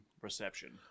reception